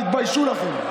תתביישו לכם.